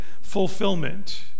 fulfillment